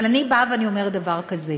אבל אני באה ואומרת דבר כזה: